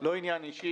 לא עניין אישי.